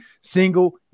single